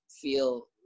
feel